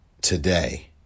today